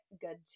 good